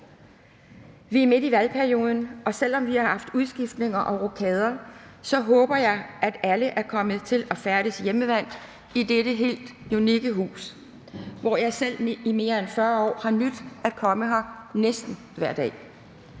Vi er midt i valgperioden, og selv om vi har haft udskiftninger og rokader, håber jeg, at alle er kommet til at færdes hjemmevant i dette helt unikke hus, hvor jeg selv i mere end 40 år har nydt at komme næsten hver dag.